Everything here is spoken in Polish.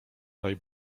daj